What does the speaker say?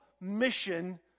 mission